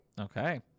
Okay